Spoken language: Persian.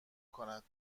کند